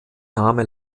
name